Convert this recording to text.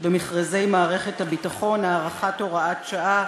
במכרזי מערכת הביטחון, הארכת הוראת שעה).